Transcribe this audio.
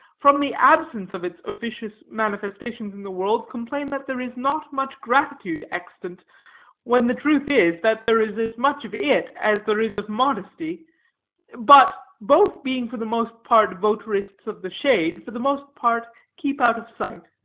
from the absence of its officious manifestations in the world, complain that there is not much gratitude extant when the truth is, that there is as much of it as there is of modesty but, both being for the most part votarists of the shade, for the most part keep out of sight.